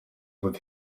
with